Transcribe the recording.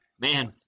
man